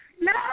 No